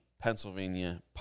Pennsylvania